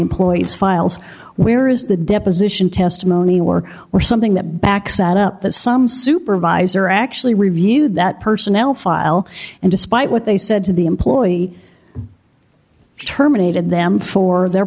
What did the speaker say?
employee's files where is the deposition testimony were were something that back set up that some supervisor actually reviewed that personnel file and despite what they said to the employee terminated them for their